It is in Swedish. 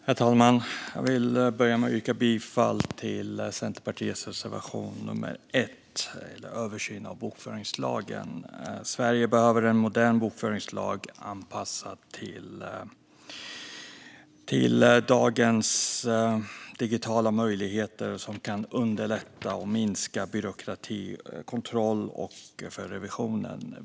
Herr talman! Jag börjar med att yrka bifall till Centerpartiets reservation nummer 1 om en översyn av bokföringslagen. Sverige behöver en modern bokföringslag anpassad till dagens digitala möjligheter som kan underlätta och minska byråkrati och kontroll samt underlätta revision.